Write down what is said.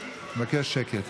אני מבקש שקט.